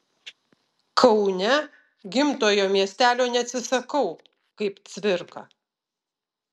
kaune gimtojo miestelio neatsisakau kaip cvirka